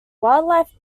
wildlife